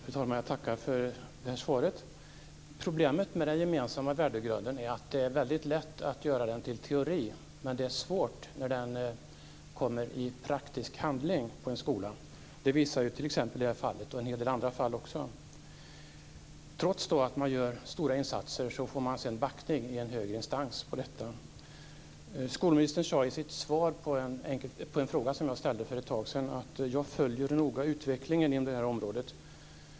Fru talman! Jag tackar för svaret. Problemet med den gemensamma värdegrunden är att det är lätt att göra den till teori, men det är svårt när det går till praktisk handling på en skola. Det visar detta fall och en del andra fall. Trots stora insatser blir det ändå backning i högre instans. Skolministern svarade på en fråga jag ställde för ett tag sedan att hon noga följer utvecklingen på området.